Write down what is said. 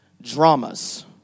dramas